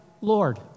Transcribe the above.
Lord